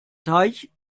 teich